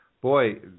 boy